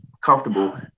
comfortable